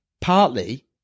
partly